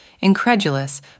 incredulous